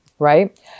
Right